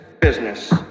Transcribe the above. Business